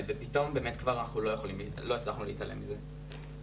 פתאום באמת לא הצלחנו להתעלם מזה.